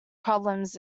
problems